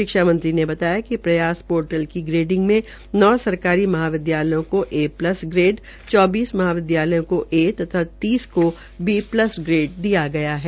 शिक्षा मंत्री ने बताया कि प्रयास पोर्टल की ग्रेडिंग में नौ सरकारी महाविद्यालयों को ए प्लस ग्रेड चौबीस महाविद्यालयों को ए तथा तीन को बी प्लस ग्रेड दिया गया है